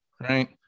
right